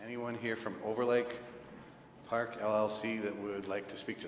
anyone here from over lake park i'll see that would like to speak